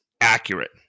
accurate